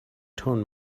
tone